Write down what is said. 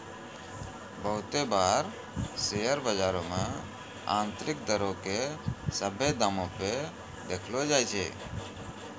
बहुते बार शेयर बजारो मे आन्तरिक दरो के सभ्भे दामो पे देखैलो जाय छै